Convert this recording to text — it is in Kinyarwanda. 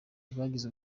bagize